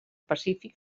pacífic